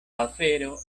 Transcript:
afero